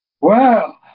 Wow